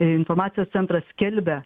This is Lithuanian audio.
informacijos centras skelbia